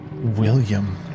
William